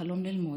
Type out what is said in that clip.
החלום ללמוד,